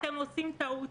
אתם עושים טעות.